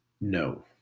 No